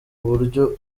buryo